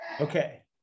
Okay